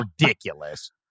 ridiculous